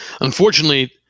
Unfortunately